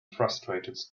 frustrated